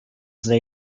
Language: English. they